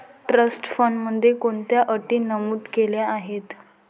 Trust फंडामध्ये कोणत्या अटी नमूद केल्या आहेत?